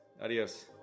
Adios